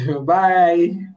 Bye